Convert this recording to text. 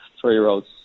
three-year-olds